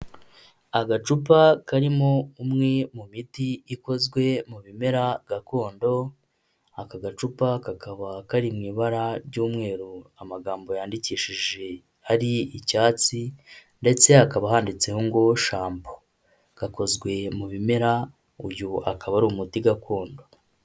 Agacupa karimo umwe mu miti ikozwe mu bimera gakondo, aka gacupa kakaba kari mu ibara ry'umweru, amagambo yandikishije ari icyatsi ndetse hakaba handitseho ngo shampo, gakozwe mu bimera, uyu akaba ari umuti gakondo.